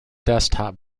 desktop